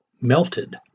melted